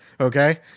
Okay